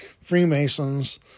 Freemasons